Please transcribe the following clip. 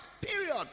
period